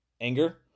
anger